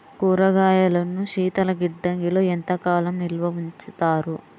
కూరగాయలను శీతలగిడ్డంగిలో ఎంత కాలం నిల్వ ఉంచుతారు?